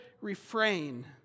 refrain